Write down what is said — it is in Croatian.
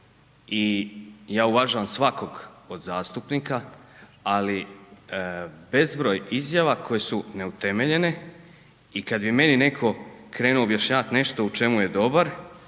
i ja uvažavam svakog od zastupnika, ali bezbroj izjava koje su neutemeljene i kad bi meni netko krenuo objašnjavat nešto u čemu je dobar,